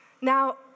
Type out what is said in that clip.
Now